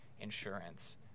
insurance